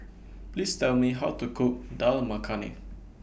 Please Tell Me How to Cook Dal Makhani